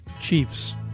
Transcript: Chiefs